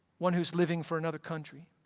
one who's living for another country.